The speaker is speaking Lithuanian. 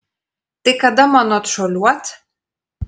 tai kada man atšuoliuot